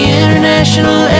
international